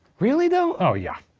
really though? oh yeah.